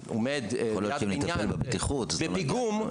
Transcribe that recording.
שעומד בפיגום,